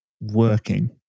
working